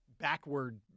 backward –